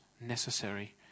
necessary